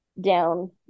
down